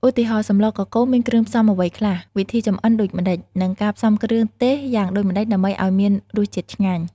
ឧទាហរណ៍ សម្លរកកូរមានគ្រឿងផ្សំអ្វីខ្លះ វិធីចម្អិនដូចម្តេច និងការផ្សំគ្រឿងទេសយ៉ាងដូចម្តេចដើម្បីឱ្យមានរសជាតិឆ្ញាញ់។